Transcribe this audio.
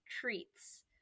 treats